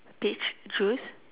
peach juice